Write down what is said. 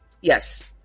Yes